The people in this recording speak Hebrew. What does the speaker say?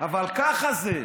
אבל ככה זה.